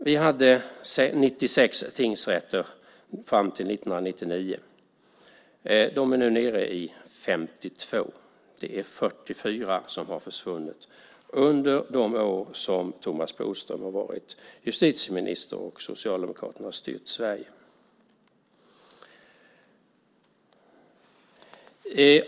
Vi hade 96 tingrätter fram till år 1999. De är nu nere i 52. Det är 44 som har försvunnit under de år som Bodström har varit justitieminister och Socialdemokraterna har styrt Sverige.